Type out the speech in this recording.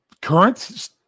current